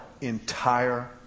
entire